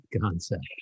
concept